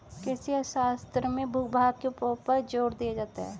कृषि अर्थशास्त्र में भूभाग के उपयोग पर जोर दिया जाता है